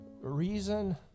reason